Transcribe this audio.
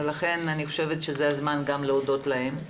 לכן אני חושבת שזה הזמן גם להודות להם.